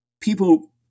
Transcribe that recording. people